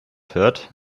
hört